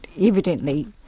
evidently